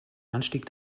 anstieg